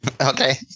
Okay